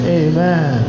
amen